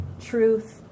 truth